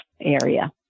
area